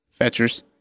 Fetchers